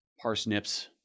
parsnips